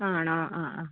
ആണോ ആ ആ